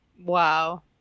Wow